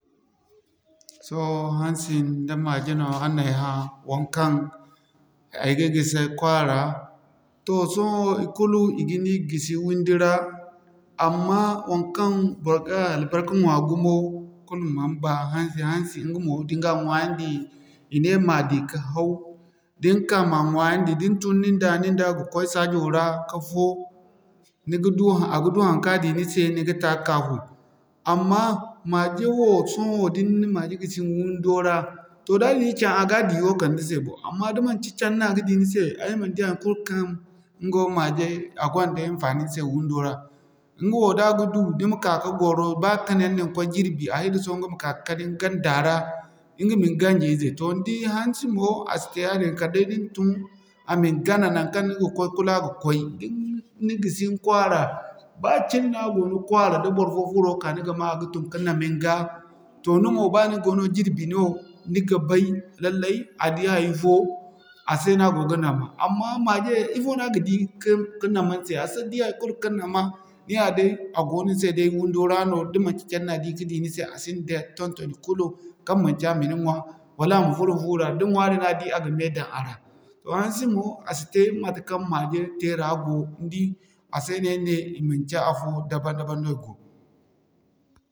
Sohõ hansi nda maje no araŋ na ay hã waŋkaŋ ay ga gisi ay kwaara. Toh sohõ i kulu i ga ni gisi wundi ra, amma waŋkaŋ bor ga a albarka ɲwa gumo kul man ba hansi, hansi ɲga mo da ni ga ŋwaa yandi i ne man di ka haw, da ni ka ma ɲwaayandi din tun nin da, nin da ga koy saajo ra ka fo ni ga du han, a ga du haŋka di ni se ni ga ta kaa fu. Amma maje wo sohõ da ni na maje gisi ni windo ra toh da a di caŋ a ga di wo kala ni se bo, amma da manci caŋ no a ga di ni se ay man di haikulu kaŋ ɲga wo maje a gonda hinfaani ni se windo ra. Ɲga wo da gadu, ni ma ka'ka gwaro wundo ra ba kani yaŋ no ni koy jirbi a hisowa ɲga ma ka kani ni ganda ra ɲga min ganji ize. Toh ni di hansi mo, a si te yaadin kala day da ni tun, a ma ni gana naŋkaŋ ni ga koy kulu a ma koy da ni na gisi ni kwaara, ba cin no a go ni kwaara da barfo furo ka ni ga ma a ga tun ka nama ni ga, toh ni wo ba ni goono jirbi no, ni ga bay lallai, a di hay'fo a se no a go ga nama. Amma maje ifoono a ga di ka nama ni se, a si di haikulu ka nama ni yaa day a go ni se day wundo ra no da manci caŋ no a di ka di ni se a sinda ton-toni kulu, kaŋ manci a ma ni ɲwaa, wala a ma furo fuu ra da ɲwaari na di a ga mey daŋ a ra. Toh hansi mo, a si te matekaŋ maje teera go, ni di a se no ay ne i manci afo dabam-dabam no i go.